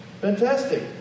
Fantastic